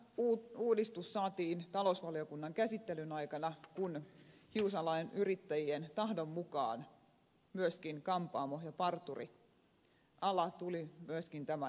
hyvä uudistus saatiin talousvaliokunnan käsittelyn aikana kun hiusalan yrittäjien tahdon mukaan myöskin kampaamo ja parturiala tuli tämän lainsäädännön säätelyn piiriin